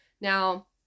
Now